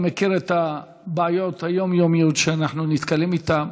אני מכיר את הבעיות היומיומיות שאנחנו נתקלים בהן.